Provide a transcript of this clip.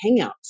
hangouts